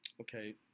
okay